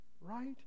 right